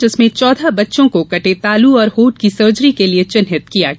जिसमें चौदह बच्चों को कटे तालु और होंठ की सर्जरी के लिए चिन्हित किया गया